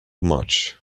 much